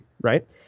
Right